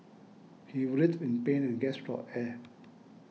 he writhed in pain and gasped for air